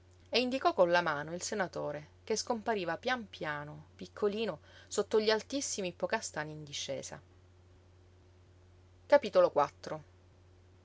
lí e indicò con la mano il senatore che scompariva pian piano piccolino sotto gli altissimi ippocàstani in discesa